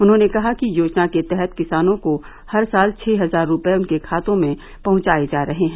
उन्होंने कहा कि योजना के तहत किसानों को हर साल छः हजार रूपये उनके खातों में पहुंचाये जा रहे हैं